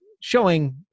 showing